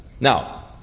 Now